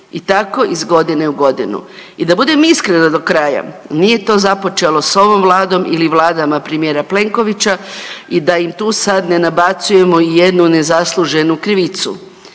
i tako iz godine u godinu. I da budem iskrena do kraja, nije to započelo s ovom vladom ili vladama premijera Plenkovića i da im tu sad ne nabacujemo jednu nezasluženu krivicu,